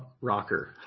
rocker